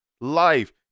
life